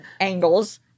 angles